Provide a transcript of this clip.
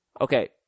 Okay